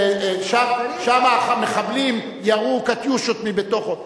שם מחבלים ירו "קטיושות" מתוכו.